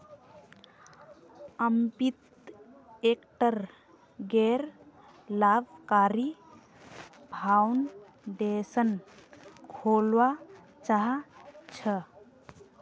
अमित एकटा गैर लाभकारी फाउंडेशन खोलवा चाह छ